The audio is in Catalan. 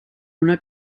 una